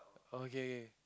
oh okay okay